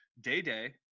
Day-Day